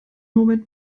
moment